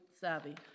savvy